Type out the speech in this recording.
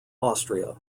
austria